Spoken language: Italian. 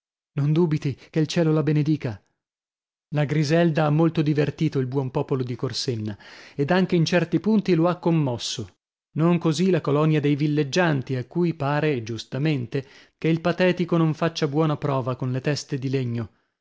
non dubiti che il cielo la benedica la griselda ha molto divertito il buon popolo di corsenna ed anche in certi punti lo ha commosso non così la colonia dei villeggianti a cui pare e giustamente che il patetico non faccia buona prova con le teste di legno